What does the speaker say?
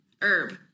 herb